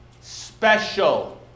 special